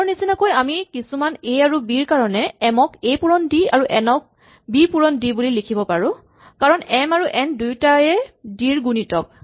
আগৰ নিচিনাকৈ আমি কিছুমান এ আৰু বি ৰ কাৰণে এম ক এ পুৰণ ডি আৰু এন ক বি পুৰণ ডি বুলি লিখিব পাৰো কাৰণ এম আৰু এন দুয়োটায়ে ডি ৰ গুণিতক